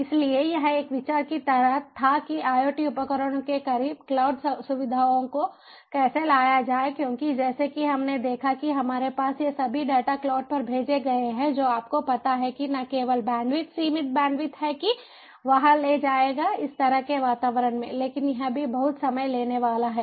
इसलिए यह एक विचार की तरह था कि IoT उपकरणों के करीब क्लाउड सुविधाओं को कैसे लाया जाए क्योंकि जैसा कि हमने देखा कि हमारे पास ये सभी डेटा क्लाउड पर भेजे गए हैं जो आपको पता है कि न केवल बैंडविड्थ सीमित बैंडविड्थ है कि वहाँ ले जाएगा इस तरह के वातावरण में लेकिन यह भी बहुत समय लेने वाला है